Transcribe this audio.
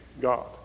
God